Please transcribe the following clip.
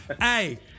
Hey